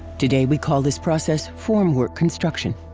today we call this process formwork construction.